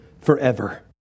forever